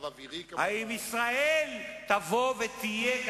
האם ישראל תבוא ותהיה,